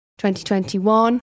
2021